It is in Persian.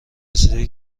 رسیده